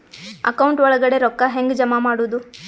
Account ಒಳಗಡೆ ರೊಕ್ಕ ಹೆಂಗ್ ಜಮಾ ಮಾಡುದು?